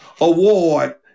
Award